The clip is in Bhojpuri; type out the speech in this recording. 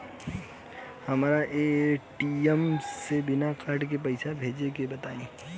हमरा ए.टी.एम से बिना कार्ड के पईसा भेजे के बताई?